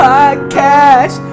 Podcast